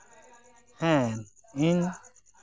ᱦᱮᱸ ᱤᱧ